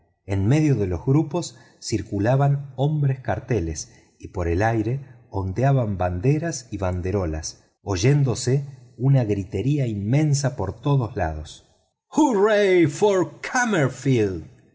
en medio de los grupos circulaban hombres carteles y por el aire ondeaban banderas y banderolas oyéndose una gritería inmensa por todos lados